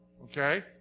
Okay